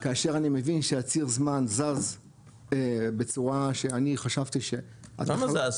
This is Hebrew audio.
כאשר אני מבין שהציר זמן זז בצורה שאני חשבתי ש- -- למה זז?